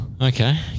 Okay